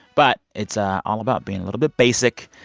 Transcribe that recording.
but it's ah all about being a little bit basic.